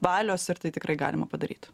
valios ir tai tikrai galima padaryt